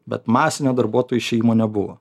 bet masinio darbuotojų išėjimo nebuvo